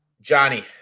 Johnny